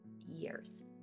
years